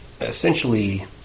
essentially